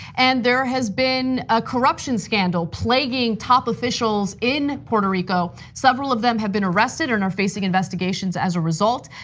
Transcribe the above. and there has been a corruption scandal plaguing top officials in puerto rico. several of them have been arrested and are facing investigations as a result.